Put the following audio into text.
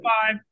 five